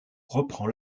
reprend